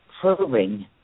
proving